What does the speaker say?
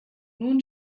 nun